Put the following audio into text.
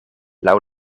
laŭ